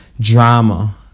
drama